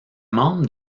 membre